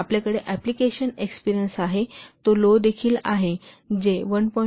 आपल्याकडे application experience आहे तो लो देखील आहे जे 1